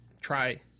try